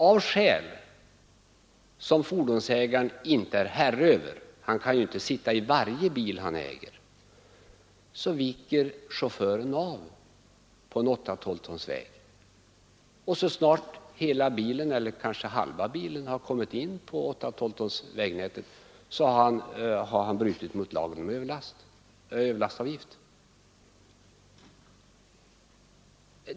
Av skäl som fordonsägaren inte är herre över — han kan ju inte sitta i varje bil som han äger — viker chauffören av på en 8 12 tons vägnät så har han brutit mot lagen om överlastavgift.